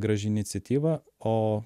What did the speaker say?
graži iniciatyva o